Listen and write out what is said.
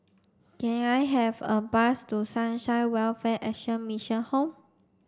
can I have a bus to Sunshine Welfare Action Mission Home